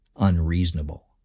unreasonable